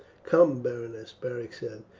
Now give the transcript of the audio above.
come, berenice, beric said,